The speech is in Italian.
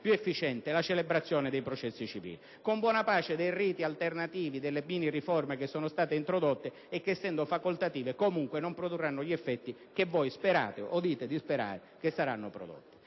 più efficiente la celebrazione dei processi civili, con buona pace dei riti alternativi e delle miniriforme che sono state introdotte, che, essendo facoltative, non produrranno gli effetti che sperate o dite di sperare. Tutto questo